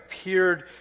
appeared